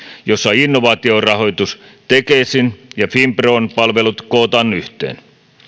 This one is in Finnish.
jossa innovaatiorahoitus tekesin ja finpron palvelut kootaan yhteen